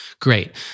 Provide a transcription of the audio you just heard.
Great